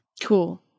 Cool